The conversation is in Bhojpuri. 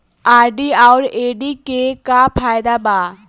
आर.डी आउर एफ.डी के का फायदा बा?